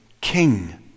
king